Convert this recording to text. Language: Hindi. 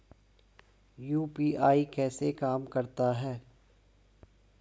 यू.पी.आई कैसे काम करता है?